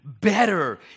better